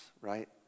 right